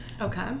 Okay